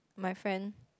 my friend